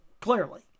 clearly